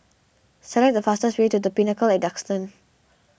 select the fastest way to the Pinnacle at Duxton